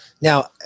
now